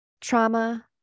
trauma